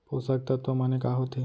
पोसक तत्व माने का होथे?